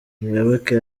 muyoboke